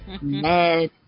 Mad